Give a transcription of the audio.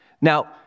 Now